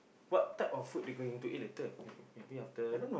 what type of food we going to eat later maybe maybe after